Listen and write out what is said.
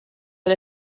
del